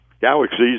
galaxies